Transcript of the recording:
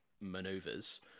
maneuvers